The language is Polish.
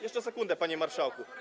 Jeszcze sekundę, panie marszałku.